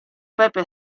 pepe